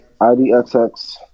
IDXX